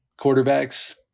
quarterbacks